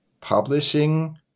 publishing